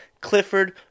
Clifford